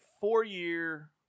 four-year